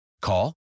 Call